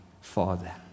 Father